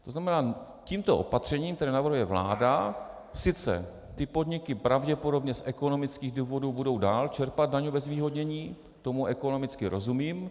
To znamená, tímto opatřením, které navrhuje vláda, sice podniky pravděpodobně z ekonomických důvodů budou dál čerpat daňové zvýhodnění, tomu ekonomicky rozumím.